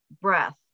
breath